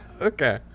Okay